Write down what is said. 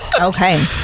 Okay